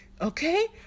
Okay